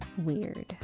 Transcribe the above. weird